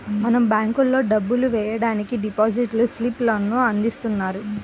మనం బ్యేంకుల్లో డబ్బులు వెయ్యడానికి డిపాజిట్ స్లిప్ లను అందిస్తున్నారు